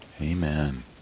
Amen